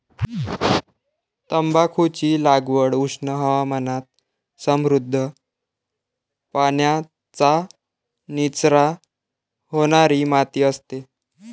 तंबाखूची लागवड उष्ण हवामानात समृद्ध, पाण्याचा निचरा होणारी माती असते